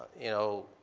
you know,